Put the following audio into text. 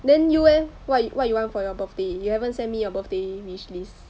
then you eh what you what you want for your birthday you haven't send me your birthday wish list